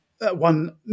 one